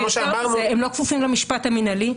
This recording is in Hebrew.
כמו שאמרנו --- והם לא כפופים למשפט המנהלי,